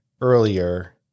earlier